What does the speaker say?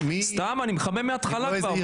סתם, אני מחמם מהתחלה כבר.